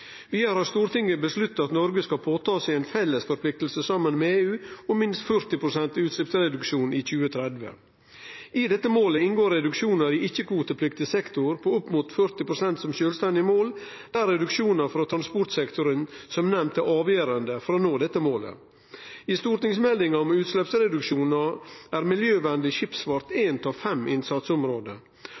Vidare har Stortinget avgjort at Noreg skal ta på seg ei felles forplikting saman med EU om minst 40 pst. utsleppsreduksjon i 2030. I dette målet inngår reduksjonar i ikkje-kvotepliktig sektor på opp mot 40 pst. som sjølvstendige mål, der reduksjonar frå transportsektoren som nemnt er avgjerande for å nå dette målet. I stortingsmeldinga om utsleppsreduksjonar er miljøvenleg skipsfart eit av fem innsatsområde.